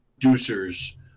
producers